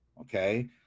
Okay